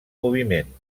moviment